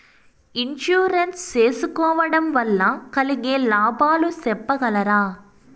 Insurance సేసుకోవడం వల్ల కలిగే లాభాలు సెప్పగలరా?